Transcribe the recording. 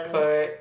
correct